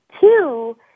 two